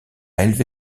élevé